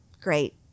great